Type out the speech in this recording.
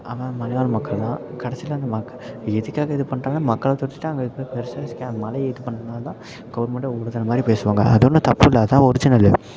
அவன் மலைவாழ் மக்கள் தான் கடைசியில் அந்த மக் எதுக்காக இது பண்ணுறாங்க மக்களை துரத்திட்டு அங்கே இருக்கிற மலையை இது பண்ணுறனால தான் கவர்மெண்ட்டே அவங்களோடது மாதிரி பேசுவாங்க அது ஒன்றும் தப்பு இல்லை அதுதான் ஒரிஜினலு